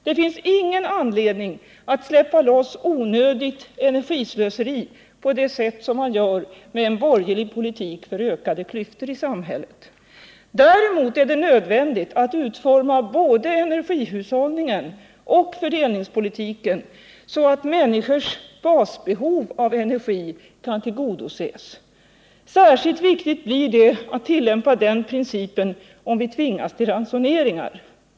Det finns ingen anledning att släppa loss onödigt energislöseri på det sätt som man gör med en borgerlig politik för ökade inkomstklyftor i samhället. Däremot är det nödvändigt att utforma både energihushållningen och fördelningspolitiken så att människors basbehov av energi kan tillgodoses. Särskilt viktigt blir det att tillämpa den principen om vi tvingas till ransoneringar.